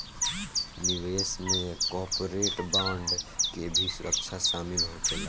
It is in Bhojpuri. निवेश में कॉर्पोरेट बांड के भी सुरक्षा शामिल होखेला